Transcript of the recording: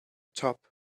top